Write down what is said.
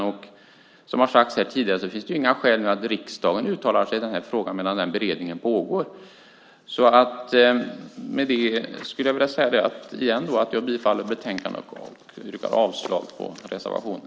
Som tidigare sagts här finns det inga skäl för riksdagen att uttala sig i frågan medan denna beredning pågår. Återigen yrkar jag bifall till utskottets förslag i betänkandet och avslag på reservationen.